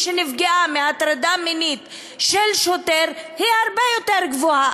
שנפגעה מהטרדה מינית של שוטר היא הרבה יותר גבוהה?